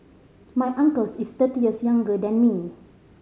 my uncles is thirty years younger than me